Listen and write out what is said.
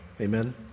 Amen